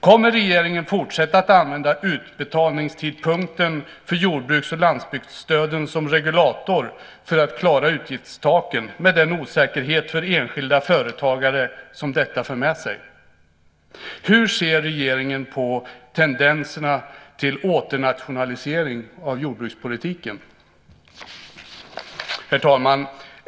Kommer regeringen att fortsätta att använda utbetalningstidpunkten för jordbruks och landsbygdsstöden som regulator för att klara utgiftstaken med den osäkerhet för enskilda företagare som detta för med sig? Hur ser regeringen på tendenserna till åternationalisering av jordbrukspolitiken? Herr talman!